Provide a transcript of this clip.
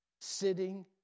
sitting